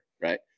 right